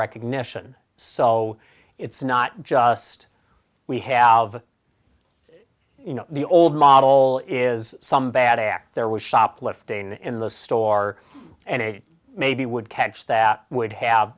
recognition so it's not just we have you know the old model is some bad act there was shoplifting in the store and it maybe would catch that would have